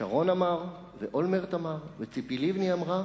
שרון אמר ואולמרט אמר וציפי לבני אמרה: